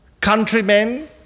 countrymen